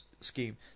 scheme